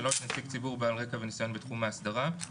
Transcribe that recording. נציג ציבור בעל רקע וניסיון בתחום האסדרה,